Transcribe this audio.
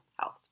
health